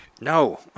No